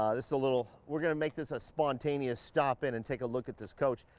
ah this a little, we're gonna make this a spontaneous stop and and take a look at this coach.